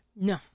No